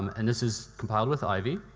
um and this is compiled with ivy.